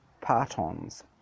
partons